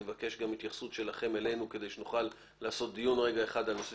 אני מבקש גם התייחסות שלכם אלינו כדי שנוכל לעשות דיון על נושא